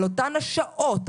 על אותן השעות,